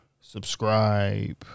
Subscribe